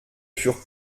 furent